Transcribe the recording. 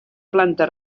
planta